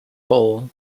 ball